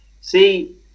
See